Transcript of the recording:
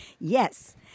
Yes